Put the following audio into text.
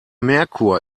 merkur